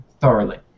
thoroughly